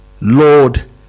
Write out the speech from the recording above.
Lord